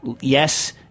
yes